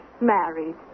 married